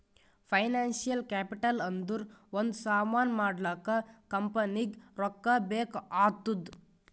financial capital ಅಂದುರ್ ಒಂದ್ ಸಾಮಾನ್ ಮಾಡ್ಲಾಕ ಕಂಪನಿಗ್ ರೊಕ್ಕಾ ಬೇಕ್ ಆತ್ತುದ್